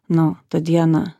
nu tą dieną